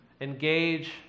engage